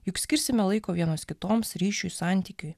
juk skirsime laiko vienos kitoms ryšiui santykiui